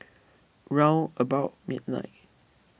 round about midnight